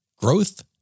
Growth